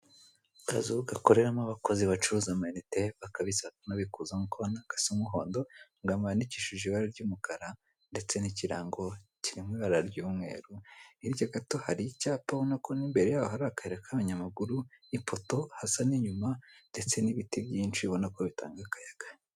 Akazu gakoreramo abakozi bacuruza ama inite bakabitsa bakanabikuza nkuko ubona, gasa umuhondo amagambo yandikishije ibara ry'umukara ndetse n'ikirango kiri mu ibara ry'umweru, hirya gato hari icyapa ubonako ubona ko n'imbere yaho hari akayira k'abanyamaguru, ipoto hasa nk'inyuma ndetse n'ibiti byinshi ubona ko bitanga akayaga.